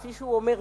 כמו שהוא אומר,